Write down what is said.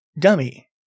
dummy